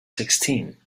sixteen